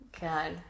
god